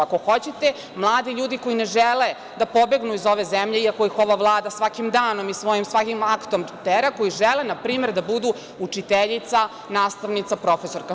Ako hoćete, mladi ljudi koji ne žele da pobegnu iz ove zemlje iako ih ova Vlada svakim danom i svakim svojim aktom tera, koji žele da budu učiteljica, nastavnica, profesorka.